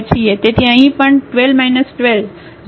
તેથી અહીં પણ 12 12 0